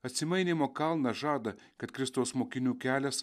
atsimainymo kalnas žada kad kristaus mokinių kelias